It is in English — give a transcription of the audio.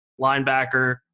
linebacker